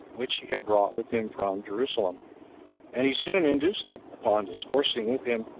which he had brought with him from jerusalem and he soon induced him, upon discoursing with him,